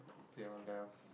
pure love